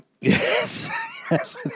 Yes